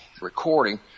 recording